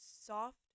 soft